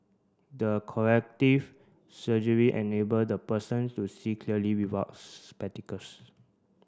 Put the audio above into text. the corrective surgery enable the person to see clearly without spectacles